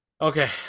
Okay